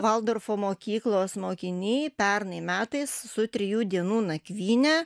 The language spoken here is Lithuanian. valdurfo mokyklos mokiniai pernai metais su trijų dienų nakvyne